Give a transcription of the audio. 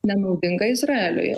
nenaudinga izraeliui